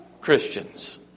Christians